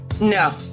No